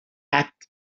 act